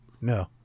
No